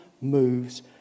moves